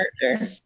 character